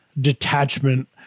detachment